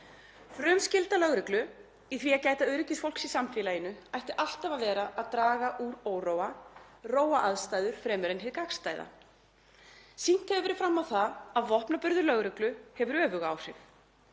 Frumskylda lögreglu í því að gæta öryggis fólks í samfélaginu ætti alltaf að vera að draga úr óróa, róa aðstæður fremur en hið gagnstæða. Sýnt hefur verið fram á það að vopnaburður lögreglu hefur öfug áhrif.